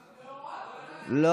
להורות, לא.